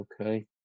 okay